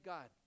God